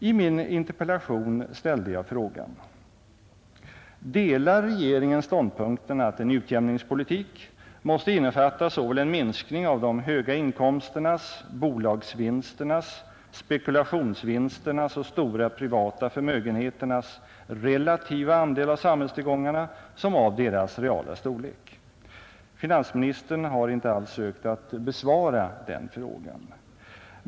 I min interpellation ställde jag frågan: Delar regeringen ståndpunkten att en utjämningspolitik måste innefatta såväl en minskning av de höga inkomsternas, bolagsvinsternas, spekulationsvinsternas och stora privata förmögenheternas relativa andel av samhällstillgångarna som av deras reala storlek? Finansministern har inte alls sökt att besvara den frågan.